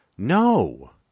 No